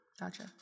Gotcha